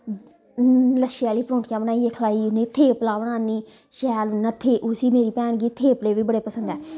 लच्छे आह्ली परोंठियां बनाईयै खलाई उनेंई थेपला बनानी शैल उसी मेरी भैन गी थेपले बी बड़े पसंद ऐ